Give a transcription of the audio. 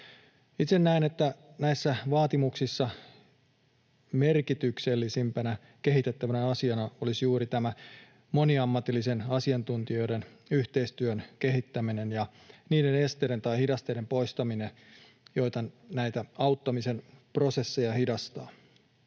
Itse näen, että näissä vaatimuksissa merkityksellisimpänä kehitettävänä asiana olisi juuri tämä moniammatillisten asiantuntijoiden yhteistyön kehittäminen ja niiden esteiden tai hidasteiden poistaminen, jotka näitä auttamisen prosesseja hidastavat.